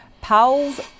Powell's